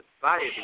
society